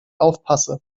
aufpasse